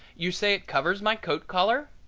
you say it covers my coat collar?